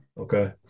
Okay